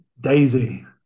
Daisy